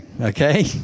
okay